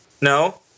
No